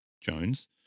Jones